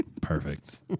perfect